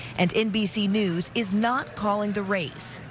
and nbc news is not calling the race,